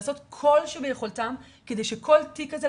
לעשות כל שביכולתם כדי שכל תיק כזה,